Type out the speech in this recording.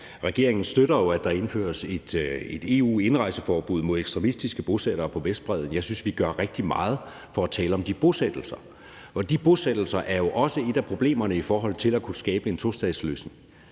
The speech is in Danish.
Regeringen støtter jo, at der indføres et EU-indrejseforbud mod ekstremistiske bosættere på Vestbredden. Jeg synes, vi gør rigtig meget for at tale om de bosættelser. De bosættelser er jo også et af problemerne i forhold til at kunne skabe en tostatsløsning,